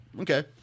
Okay